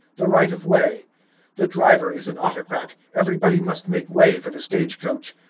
the right of way the driver is an autocrat, everybody must make way for the stage-coach.